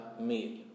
meal